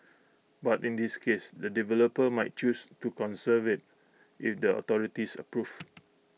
but in this case the developer might choose to conserve IT if the authorities approve